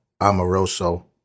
Amoroso